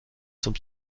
zum